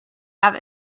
have